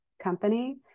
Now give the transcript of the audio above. company